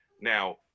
now